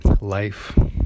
life